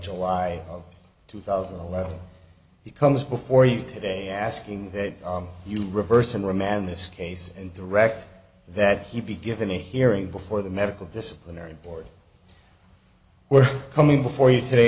july of two thousand and eleven he comes before you today asking that you reverse and remand this case and direct that he be given a hearing before the medical disciplinary board we're coming before you